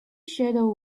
shadow